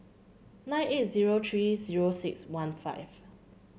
nine eight zero three zero six one five